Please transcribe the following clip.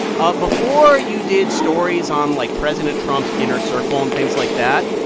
ah before, you did stories on, like, president trump's inner circle and things like that.